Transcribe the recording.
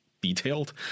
detailed